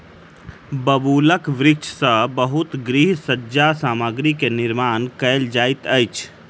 बबूलक वृक्ष सॅ बहुत गृह सज्जा सामग्री के निर्माण कयल जाइत अछि